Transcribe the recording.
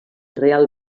real